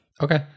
Okay